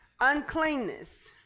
Uncleanness